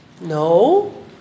No